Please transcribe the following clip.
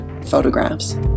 photographs